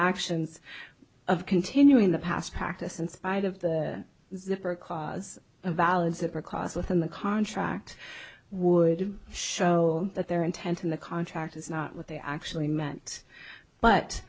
actions of continuing the past practice in spite of the zipper cause a valid zipper causeless in the contract would show that their intent in the contract is not what they actually meant but